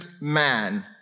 man